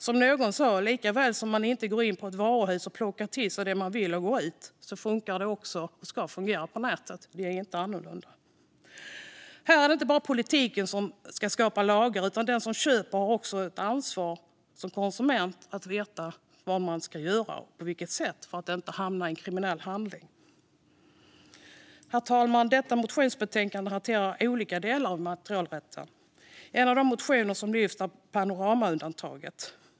Som någon sa: Likaväl som man inte går in på ett varuhus och plockar till sig det man vill och går ut ska det också fungera så på nätet. Det är inte annorlunda. Här är det inte bara politiken som ska skapa lagar, utan den som köper har också ett ansvar som konsument att veta vad man ska göra och på vilket sätt för att inte hamna i ett kriminellt agerande. Herr talman! Detta motionsbetänkande hanterar olika delar av immaterialrätten. En av de motioner som lyfts fram gäller panoramaundantaget.